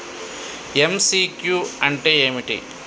MCQ అంటే ఏమిటి?